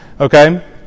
Okay